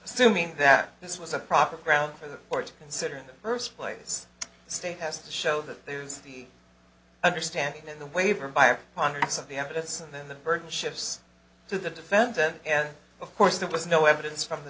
assuming that this was a proper ground for the courts consider in the first place state has to show that there's an understanding in the waiver by congress of the evidence and then the burden shifts to the defendant and of course there was no evidence from the